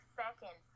second